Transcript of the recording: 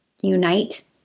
unite